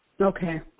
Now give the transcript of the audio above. Okay